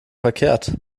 verkehrt